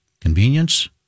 Convenience